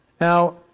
Now